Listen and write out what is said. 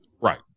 Right